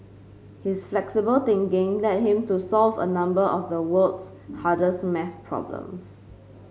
his flexible thinking led him to solve a number of the world's hardest maths problems